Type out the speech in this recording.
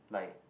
like